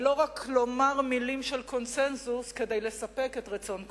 ולא רק לומר מלים של קונסנזוס כדי לספק את רצון כולם.